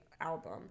album